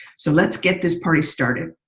so let's get this party started.